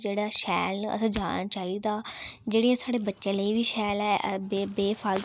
जेह्ड़े शैल न असें जाना चाहिदा जेह्ड़ियां साढ़े बच्चें लेई बी शैल ऐ बे बे फालतू